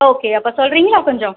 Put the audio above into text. okay அப்போ சொல்கிறீங்களா கொஞ்சம்